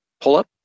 pull-up